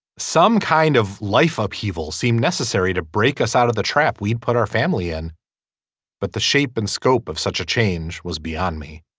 some kind of life upheaval seemed necessary to break us out of the trap we'd put our family in but the shape and scope of such a change was beyond me.